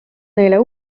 neile